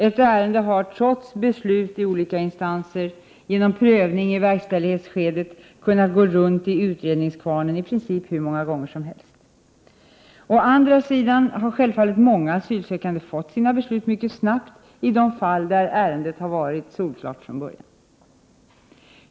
Ett ärende har, trots beslut i olika instanser, genom prövning i verkställighetsskedet kunnat gå runt i utredningskvarnen i princip hur många gånger som helst. Å andra sidan har självfallet många asylsökande fått sina beslut mycket snabbt i de fall där ärendet varit solklart från början.